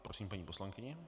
Prosím paní poslankyni.